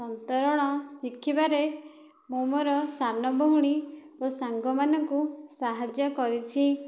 ସନ୍ତରଣ ଶିଖିବାରେ ମୁଁ ମୋର ସାନ ଭଉଣୀ ଓ ସାଙ୍ଗମାନଙ୍କୁ ସାହାଯ୍ୟ କରିଛି